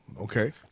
Okay